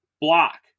block